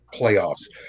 playoffs